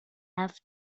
have